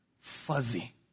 fuzzy